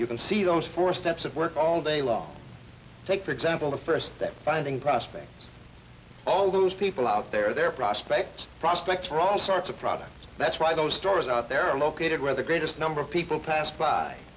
you can see those four steps of work all day long take for example the first that finding prospects all those people out there are there prospects prospects for all sorts of products that's why those stores out there are located where the greatest number of people pass by